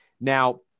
Now